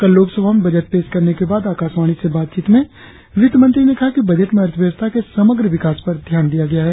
कल लोकसभा में बजट पेश करने के बाद आकाशवाणी से बातचीत में वित्त मंत्री ने कहा कि बजट में अर्थव्यवस्था के समग्र विकास पर ध्यान दिया गया है